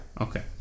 Okay